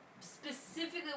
specifically